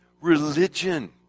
religion